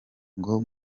ngo